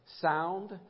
sound